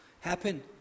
happen